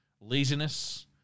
Laziness